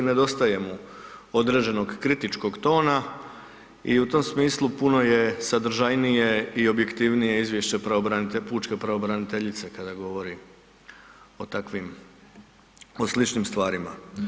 Nedostaje mu određenog kritičkog tona i u tom smislu puno je sadržajnije i objektivnije izvješće pučke pravobraniteljice kada govori o takvim, o sličnim stvarima.